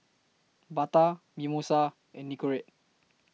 Bata Mimosa and Nicorette